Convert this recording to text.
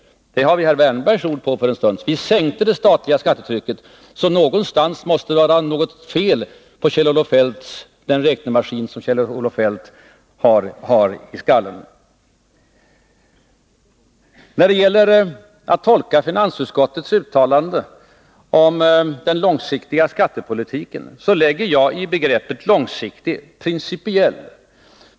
Det har vi herr Wärnbergs ord på för en stund sedan. Någonstans måste det vara något fel på den räknemaskin som Kjell-Olof Feldt har i skallen. När det gäller att tolka finansutskottets uttalande om den långsiktiga skattepolitiken ger jag ordet ”långsiktigt” innebörden ”principiell”.